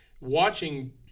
watching